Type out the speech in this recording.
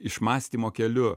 išmąstymo keliu